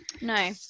No